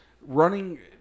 running